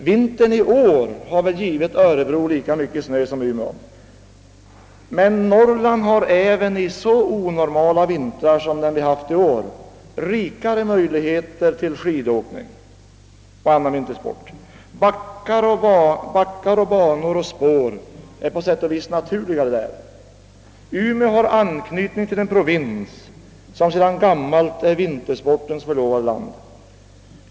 Vintern i år har väl givit Örebro lika mycket snö som Umeå, men Norrland har även under så onormala vintrar som årets rikare möjligheter till skid åkning och annan vintersport. Backar, banor och spår är på sätt och vis naturligare belägna där. Umeå har anknytning till en provins, som sedan gammalt är vintersportens förlovade land.